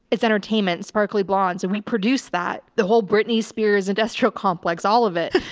it's entertainment, sparkly blondes. and we produce that, the whole britney spears industrial complex, all of it.